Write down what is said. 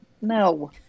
No